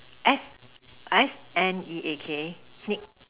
S S_N_E_A_K sneak